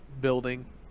building